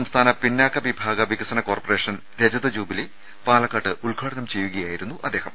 സംസ്ഥാന പിന്നാക്ക വിഭാഗ വികസന കോർപ്പറേഷൻ രജത ജൂബിലി പാലക്കാട്ട് ഉദ് ഘാടനം ചെയ്യുകയായിരുന്നു അദ്ദേഹം